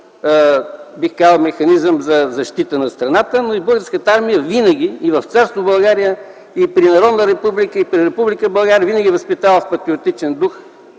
е само механизъм за защита на страната, но и Българската армия винаги – и в Царство България, и при Народна Република България, и при Република България, е възпитавала в патриотичен дух